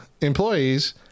employees